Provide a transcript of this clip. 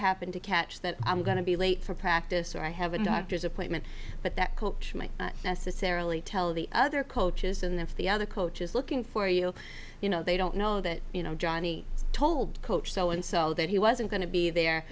happen to catch that i'm going to be late for practice or i have a doctor's appointment but that call necessarily tell the other coaches and if the other coach is looking for you you know they don't know that you know johnny told coach so and so that he wasn't going to be there